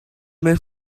make